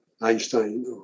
Einstein